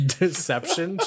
deception